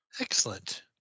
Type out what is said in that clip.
Excellent